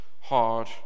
hard